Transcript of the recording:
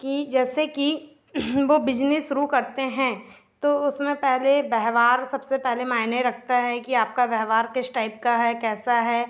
कि जैसे कि वह बिजनेस शुरू करते हैं तो उसमें पहले व्यहवार सबसे पहले मायने रखता है कि आपका व्यवहार किस टाइप का है कैसा है